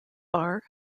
bar